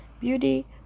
beauty